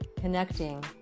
connecting